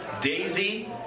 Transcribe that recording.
Daisy